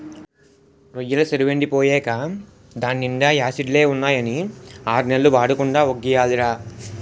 రొయ్యెల సెరువెండి పోయేకా దాన్నీండా యాసిడ్లే ఉన్నాయని ఆర్నెల్లు వాడకుండా వొగ్గియాలిరా